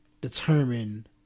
determine